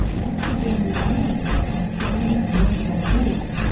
taxidermied animals, on stands and mounted on walls,